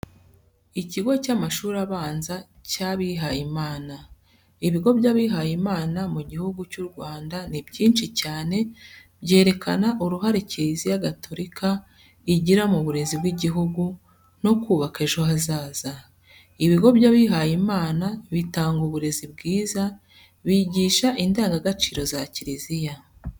Ikigo cy'amashuri abanza cy'abihaye Imana. Ibigo by'abihaye Imana mu Gihugu cy'u Rwanda ni byinshi cyane byerekana uruhare kiliziya gatorika igira mu burezi bw'igihugu no kubaka ejo hazaza. Ibigo by'abihaye imana bitanga uburezi bwiza bigisha indangagaciro za kiliziya.